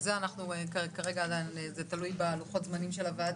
עכשיו אנחנו עוברים להסתייגויות לפסקה (3),